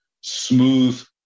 smooth